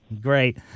Great